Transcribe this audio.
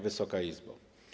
Wysoka Izbo!